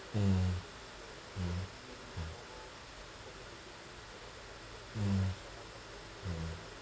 mm mm mm mm mm